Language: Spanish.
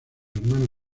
hermano